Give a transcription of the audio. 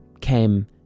came